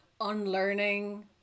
unlearning